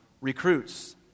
recruits